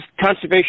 Conservation